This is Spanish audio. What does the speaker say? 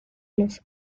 los